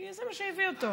כי זה מה שהביא אותו.